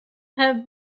have